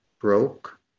broke